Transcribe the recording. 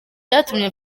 byatumye